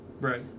Right